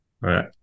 right